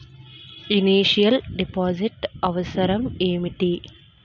Initial deposit అవసరం ఏమిటి?